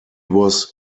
was